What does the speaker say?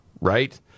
right